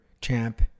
champ